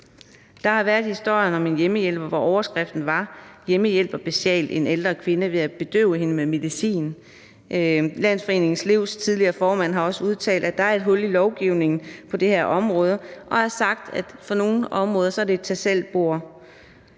Der har været historien om en hjemmehjælper, hvor overskriften var »Hjemmehjælper bestjal ældre kvinde ved at bedøve hende«. Landsforeningen LEV's tidligere formand har også udtalt, at der er et hul i lovgivningen på det her område, og har sagt, at for nogle områders vedkommende er det et tag selv-bord